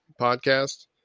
podcast